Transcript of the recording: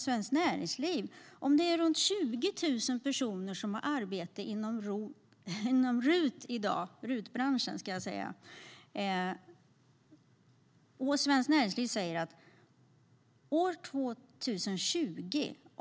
Det är runt 20 000 personer som har arbete inom RUT-branschen i dag.